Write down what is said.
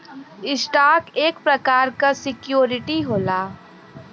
stock एक प्रकार क सिक्योरिटी होला